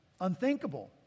unthinkable